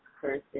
person